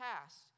past